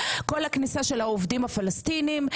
כל הכניסה של העובדים הפלסטינים,